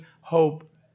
hope